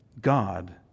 God